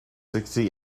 sixty